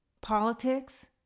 politics